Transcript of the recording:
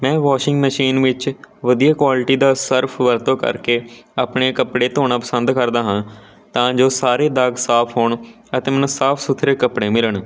ਮੈਂ washing machine ਵਿੱਚ ਵਧੀਆ ਕੁਆਲਿਟੀ ਦਾ ਸਰਫ਼ ਵਰਤੋਂ ਕਰਕੇ ਆਪਣੇ ਕੱਪੜੇ ਧੋਣਾ ਪਸੰਦ ਕਰਦਾ ਹਾਂ ਤਾਂ ਜੋ ਸਾਰੇ ਦਾਗ ਸਾਫ਼ ਹੋਣ ਅਤੇ ਮੈਨੂੰ ਸਾਫ਼ ਸੁਥਰੇ ਕੱਪੜੇ ਮਿਲਣ